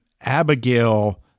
Abigail